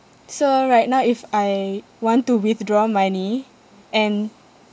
so right now if I want to withdraw money and